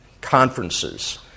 conferences